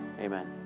amen